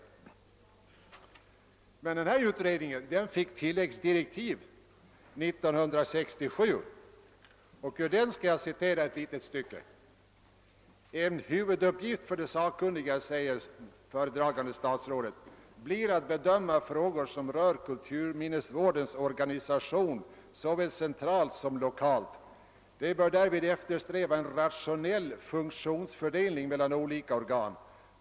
Men utredningen fick tilläggsdirektiv år 1967, och ur dem skall jag citera ett litet stycke: »En huvuduppgift för de sakkunniga», säger föredragande statsrådet, »blir att bedöma frågor som rör kulturminnnesvårdens organisation såväl centralt som lokalt. De bör därvid eftersträva en rationell funktionsfördelning mellan olika organ.